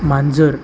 मांजर